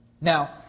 Now